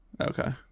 Okay